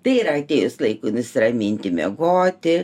tai yra atėjus laikui nusiraminti miegoti